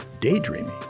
daydreaming